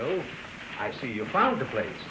if i see you found a place